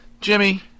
Jimmy